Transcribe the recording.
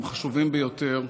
הם חשובים ביותר,